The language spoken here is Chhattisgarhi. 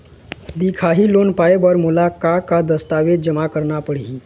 दिखाही लोन पाए बर मोला का का दस्तावेज जमा करना पड़ही?